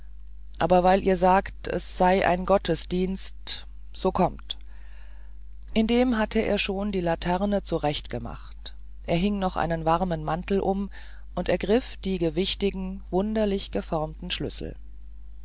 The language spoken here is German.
aber weil ihr sagt es sei ein gottesdienst so kommt indem hatte er schon die laterne zurechtgemacht er hing noch einen warmen mantel um und ergriff die gewichtigen wunderlich geformten schlüssel